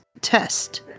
test